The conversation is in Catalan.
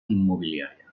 immobiliària